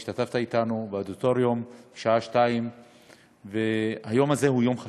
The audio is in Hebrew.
שהשתתפת אתנו באירוע באודיטוריום בשעה 14:00. היום הזה הוא יום חשוב.